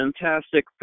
fantastic